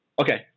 Okay